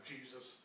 Jesus